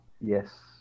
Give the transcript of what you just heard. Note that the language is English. Yes